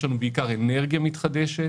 יש לנו בעיקר אנרגיה מתחדשת,